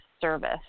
service